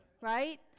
Right